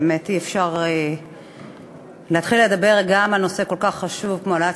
באמת אי-אפשר להתחיל לדבר על נושא כל כך חשוב כמו העלאת